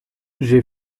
j’ai